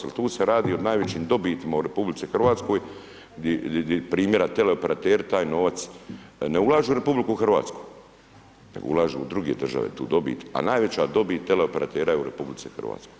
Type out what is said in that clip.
Jel tu se radi o najvećim dobitima u RH gdje primjera teleoperateri taj novac ne ulažu u RH, ulažu u druge države tu dobit, a najveća dobit tele operatera je u RH.